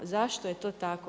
Zašto je to tako?